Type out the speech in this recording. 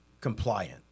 compliant